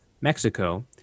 Mexico